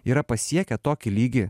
yra pasiekę tokį lygį